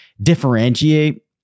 differentiate